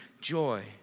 joy